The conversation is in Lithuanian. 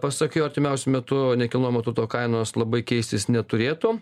pasak jo artimiausiu metu nekilnojamo turto kainos labai keistis neturėtų